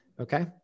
okay